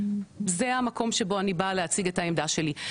זה המקום שבו אני באה להציג את העמדה שלי,